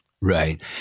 Right